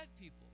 people